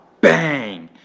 bang